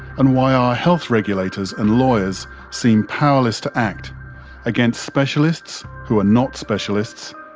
and why our health regulators and lawyers seem powerless to act against specialists who are not specialists,